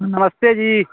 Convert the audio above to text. नमस्ते जी